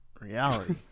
reality